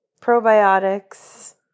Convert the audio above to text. probiotics